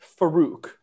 Farouk